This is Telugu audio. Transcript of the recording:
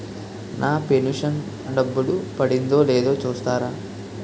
నా పెను షన్ డబ్బులు పడిందో లేదో చూస్తారా?